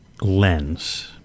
lens